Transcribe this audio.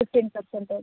fifteen percent